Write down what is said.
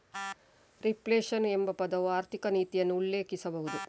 reflation ಎಂಬ ಪದವು ಆರ್ಥಿಕ ನೀತಿಯನ್ನು ಉಲ್ಲೇಖಿಸಬಹುದು